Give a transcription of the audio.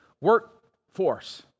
workforce